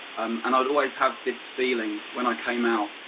um and i had always have this feeling, when i came out,